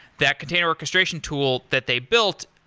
that container orchestration tool that they built,